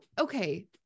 okay